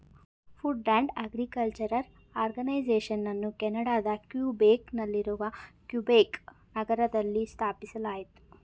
food and agriculture ಆರ್ಗನೈಸೇಷನನ್ನು ಕೆನಡಾದ Quebec ನಲ್ಲಿರುವ ಕ್ಯುಬೆಕ್ ನಗರದಲ್ಲಿ ಸ್ಥಾಪಿಸಲಾಯಿತು